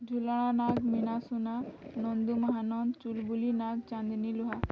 ଝୁଲଣା ନାଗ ମିନା ସୁନା ନନ୍ଦୁ ମହାନନ୍ଦ ଚୁଲବୁଲି ନାଗ ଚାନ୍ଦିନୀ ଲୁହା